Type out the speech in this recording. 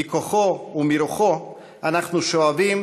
מכוחו ומרוחו אנחנו שואבים,